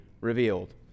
revealed